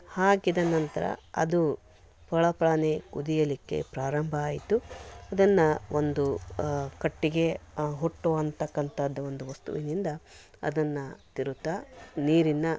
ಹಾಕಿದ ನಂತರ ಅದು ಪಳ ಪಳನೆ ಕುದಿಯಲಿಕ್ಕೆ ಪ್ರಾರಂಭ ಆಯಿತು ಅದನ್ನು ಒಂದು ಕಟ್ಟಿಗೆ ಹುಟ್ಟು ಅಂತಕ್ಕಂಥದ್ದು ಒಂದು ವಸ್ತುವಿನಿಂದ ಅದನ್ನು ತಿರುವುತ್ತಾ ನೀರಿನ್ನು